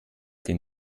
den